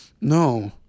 No